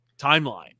timeline